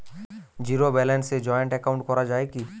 Zero ব্যালেন্সে joint account করা য়ায় কি?